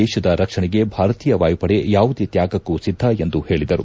ದೇಶದ ರಕ್ಷಣೆಗೆ ಭಾರತೀಯ ವಾಯುಪಡೆ ಯಾವುದೇ ತ್ಯಾಗಕ್ಕೂ ಸಿದ್ಧ ಎಂದು ಹೇಳಿದರು